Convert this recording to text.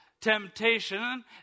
temptation